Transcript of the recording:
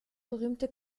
berühmte